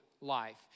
life